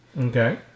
Okay